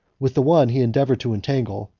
with the one he endeavored to entangle,